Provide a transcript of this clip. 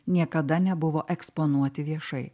niekada nebuvo eksponuoti viešai